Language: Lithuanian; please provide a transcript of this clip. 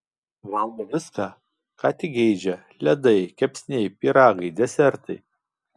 valgo viską ką tik geidžia ledai kepsniai pyragai desertai